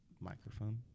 microphone